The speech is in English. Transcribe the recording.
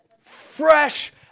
Fresh